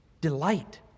delight